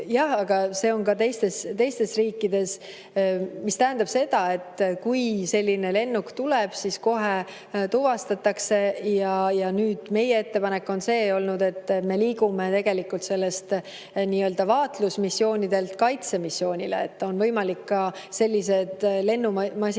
ja see on ka teistes riikides. See tähendab seda, et kui selline lennuk tuleb, siis see kohe tuvastatakse. Ja meie ettepanek on olnud see, et me liigume tegelikult sellelt nii‑öelda vaatlusmissioonilt kaitsemissioonile, et on võimalik ka sellised lennumasinad